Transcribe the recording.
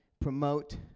promote